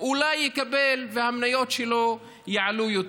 אולי יקבל והמניות שלו יעלו יותר.